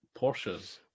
Porsches